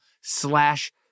slash